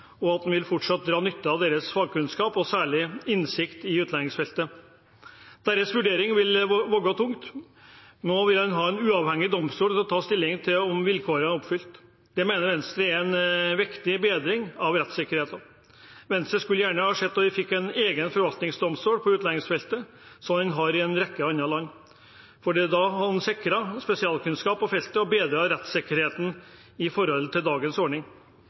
og en vil fortsatt dra nytte av deres fagkunnskap og særlige innsikt i utlendingsfeltet. Deres vurdering vil veie tungt. Nå vil en ha en uavhengig domstol til å ta stilling til om vilkårene er oppfylt. Det mener Venstre er en viktig bedring av rettssikkerheten. Venstre skulle gjerne sett at vi fikk en egen forvaltningsdomstol på utlendingsfeltet, som en har i en rekke andre land, for da hadde en sikret spesialkunnskap på feltet og bedret rettssikkerheten i forhold til dagens ordning.